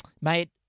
Mate